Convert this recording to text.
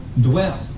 dwell